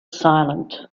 silent